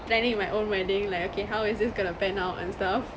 planning my own wedding like okay how is this going to pan out and stuff